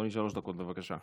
אדוני, שלוש דקות, בבקשה.